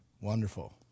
Wonderful